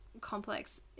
complex